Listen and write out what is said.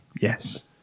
Yes